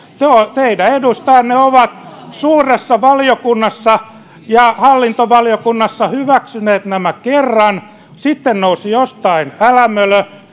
teidän edustajanne ovat suuressa valiokunnassa ja hallintovaliokunnassa hyväksyneet nämä kerran sitten nousi jostain älämölö ja